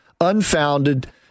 unfounded